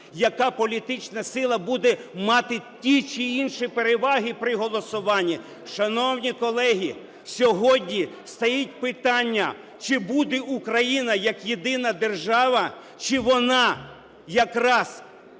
яка політична сила буде мати ті чи інші переваги при голосуванні. Шановні колеги, сьогодні стоїть питання, чи буде Україна як єдина держава, чи вона якраз…